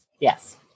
Yes